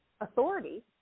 authority